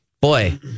boy